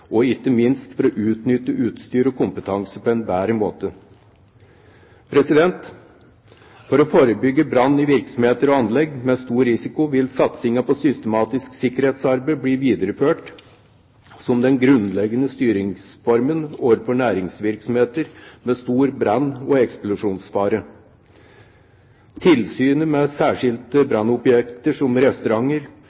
og ikke minst for å utnytte utstyr og kompetanse på en bedre måte. For å forebygge brann i virksomheter og anlegg med stor risiko vil satsingen på systematisk sikkerhetsarbeid bli videreført som den grunnleggende styringsformen overfor næringsvirksomheter med stor brann- og eksplosjonsfare. Tilsynet med særskilte